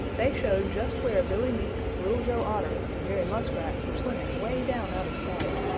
they showed just where billy mink, little joe otter and jerry muskrat were swimming way down out of sight.